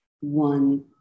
one